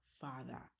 father